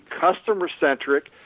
customer-centric